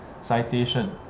citation